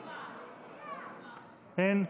אין?